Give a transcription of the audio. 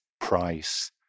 price